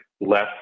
less